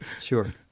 Sure